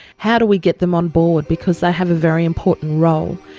how do we get them on board, because they have a very important role.